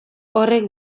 horrek